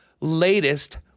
latest